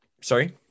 sorry